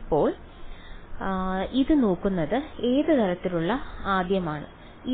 ഇപ്പോൾ ഇത് നോക്കുന്നത് ഏത് തരത്തിലുള്ള ആദ്യമാണ്